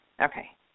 Okay